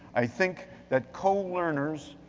i think that co-learners,